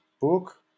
book